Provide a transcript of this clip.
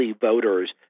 voters